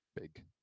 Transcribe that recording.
big